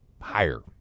higher